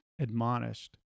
admonished